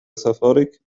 سفرك